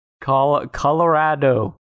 Colorado